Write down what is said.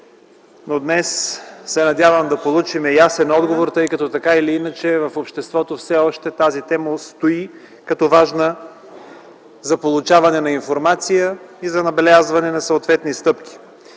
но днес се надяваме да получим ясен отговор, тъй като, така или иначе, в обществото все още тази тема стои като важна за получаване на информация и за набелязване на съответни стъпки.